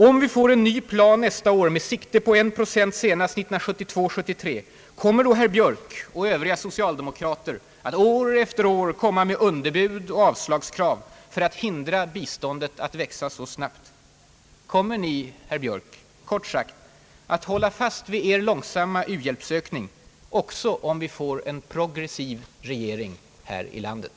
Om vi får en ny plan nästa år med sikte på en procent senast 1972/73 — kommer då herr: Björk och övriga socialdemokrater att år efter år lägga fram underbud och avslagskrav för att hindra biståndet att växa så snabbt? Kommer ni, herr Björk, kort sagt att hålla fast vid er långsamma u-hjälpsökning också om vi får en progressiv regering här i landet?